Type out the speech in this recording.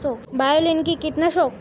বায়োলিন কি কীটনাশক?